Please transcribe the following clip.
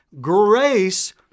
Grace